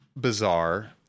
bizarre